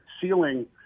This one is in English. ceiling